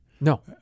No